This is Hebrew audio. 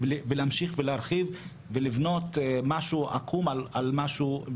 ולהמשיך ולהרחיב ולבנות משהו עקום על משהו,